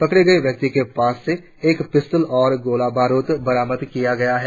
पकड़े गए व्यक्ति के पास से एक पिस्तल और गोला बारुद बरामद किया गया है